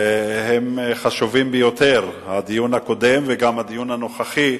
חשובים ביותר, הדיון הקודם, וגם הדיון הנוכחי,